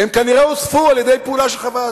אם רוצים לזה ועדה,